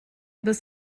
bis